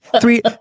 Three